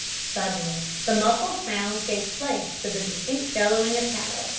suddenly the muffled sounds gave place to the distinct bellowing of cattle,